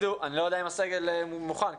אני לא יודע אם הסגל מוכן לזה,